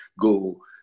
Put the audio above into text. go